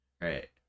right